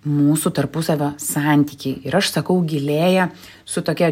mūsų tarpusavio santykiai ir aš sakau gilėja su tokia